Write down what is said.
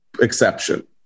exception